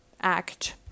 act